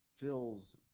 fills